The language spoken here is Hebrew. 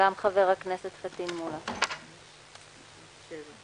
רוב הסתייגות 3 של קבוצת הרשימה המשותפת וקבוצת מרצ לסעיף 1 נדחתה.